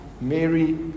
Mary